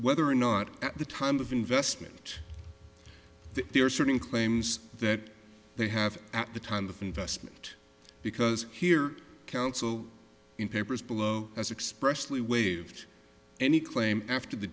whether or not at the time of investment there are certain claims that they have at the time of investment because here counsel in papers below as expressed we waived any claim after the